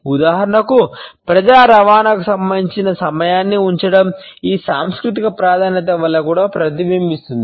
ఉదాహరణకు ప్రజా రవాణాకు సంబంధించిన సమయాన్ని ఉంచడం ఈ సాంస్కృతిక ప్రాధాన్యత వల్ల కూడా ప్రతిబింబిస్తుంది